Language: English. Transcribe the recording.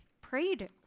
prayed